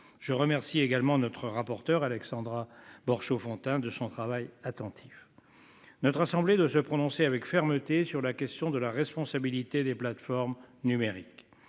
Je remercie également notre rapporteur Alexandra Borchio-Fontimp de son travail attentif. Notre assemblée de se prononcer avec fermeté sur la question de la responsabilité des plateformes numériques.